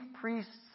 priests